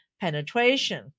penetration